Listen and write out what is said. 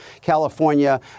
California